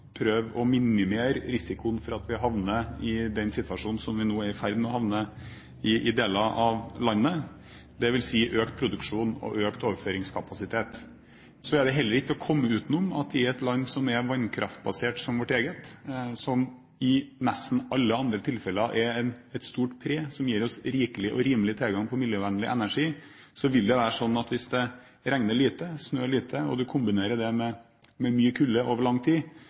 prøve å minimere risikoen for å havne i den situasjonen som vi nå er i ferd med å havne i i deler av landet – dvs. økt produksjon og økt overføringskapasitet. Så er det heller ikke til å komme utenom at i et land som er vannskraftbasert, som vårt eget – og i nesten alle tilfeller er det et stort pre – som gir oss rikelig og rimelig tilgang på miljøvennlig energi, vil det være sånn hvis det regner lite, snør lite, og hvis det kombineres med kulde over lang tid,